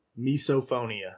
Misophonia